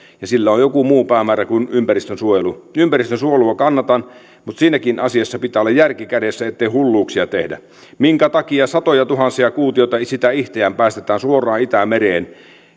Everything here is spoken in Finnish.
ja sillä on joku muu päämäärä kuin ympäristönsuojelu ympäristönsuojelua kannatan mutta siinäkin asiassa pitää olla järki kädessä ettei hulluuksia tehdä minkä takia satojatuhansia kuutioita sitä ihteään päästetään suoraan itämereen